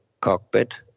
cockpit